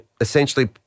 essentially